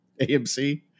AMC